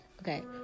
okay